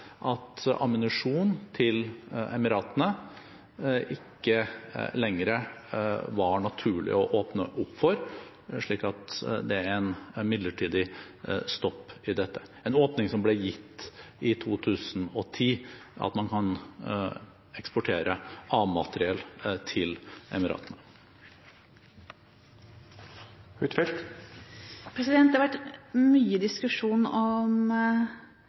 at salg av ammunisjon til Emiratene var det ikke lenger naturlig å åpne opp for, slik at det er en midlertidig stopp i dette, en åpning som ble gitt i 2010 for at man kan eksportere A-materiell til Emiratene. Det har vært mye diskusjon om